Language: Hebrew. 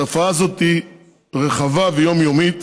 התופעה הזאת היא רחבה ויומיומית,